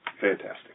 fantastic